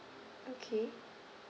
okay